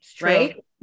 right